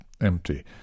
empty